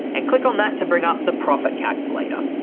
and click on that, to bring up the profit calculator.